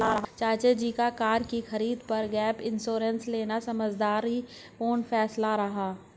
चाचा जी का कार की खरीद पर गैप इंश्योरेंस लेना समझदारी पूर्ण फैसला रहा